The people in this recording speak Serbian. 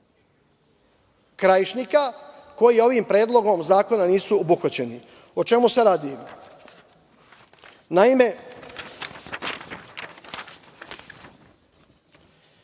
Krajišnika, koji ovim predlogom zakona nisu obuhvaćeni.O čemu se radi? Naime,